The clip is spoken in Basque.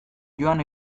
joan